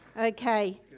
Okay